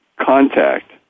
contact